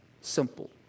Simple